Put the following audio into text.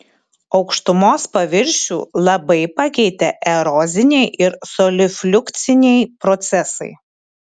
aukštumos paviršių labai pakeitė eroziniai ir solifliukciniai procesai